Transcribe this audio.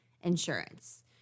insurance